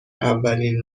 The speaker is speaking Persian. اولین